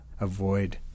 avoid